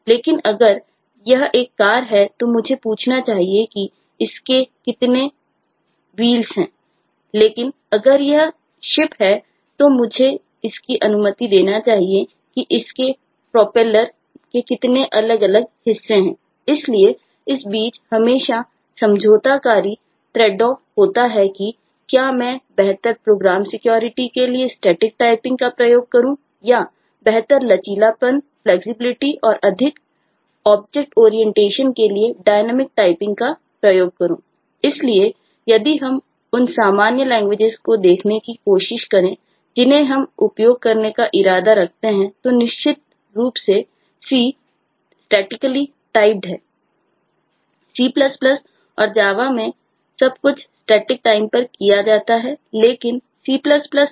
लेकिन अगर यह एक car है तो मुझे पूछना चाहिए कि इसमें कितने व्हील्स है